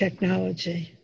technology